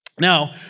Now